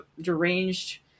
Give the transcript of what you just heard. deranged